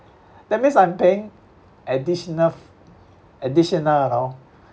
that means I'm paying additional f~ additional you know